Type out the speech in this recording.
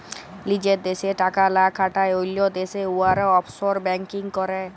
লিজের দ্যাশে টাকা লা খাটায় অল্য দ্যাশে উয়ারা অফশর ব্যাংকিং ক্যরে